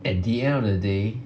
at the end of the day